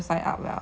it's just like